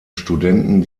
studenten